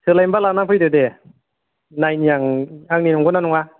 सोलायनोबा लानानै फैदो दे नायनि आं आंनि नोंगौ ना नङा